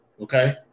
Okay